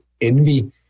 envy